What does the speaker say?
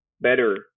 better